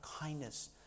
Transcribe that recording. kindness